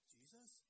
Jesus